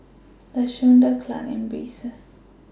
Lashonda Clarke and Brisa